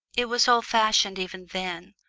it was old-fashioned even then,